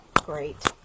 Great